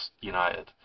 United